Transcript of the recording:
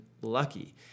lucky